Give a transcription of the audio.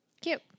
Cute